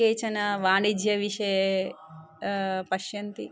केचन वाणिज्यविषये पश्यन्ति